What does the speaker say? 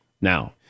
Now